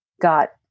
got